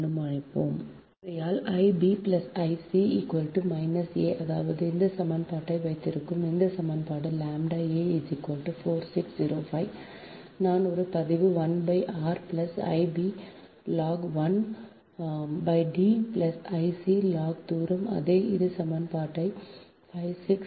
ஆகையால் I b I c a அதாவது இந்த சமன்பாட்டை வைத்திருக்கும் இந்த சமன்பாடு ʎ a 4605 நான் ஒரு பதிவு 1 r I b log 1 D I c log தூரம் அதே இது சமன்பாடு 56 0